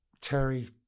Terry